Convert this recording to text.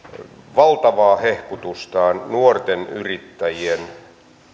valtavaa hehkutustaan kun hän nuorten yrittäjien